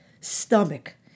stomach